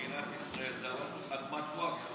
מדינת ישראל היא אדמת ווקף,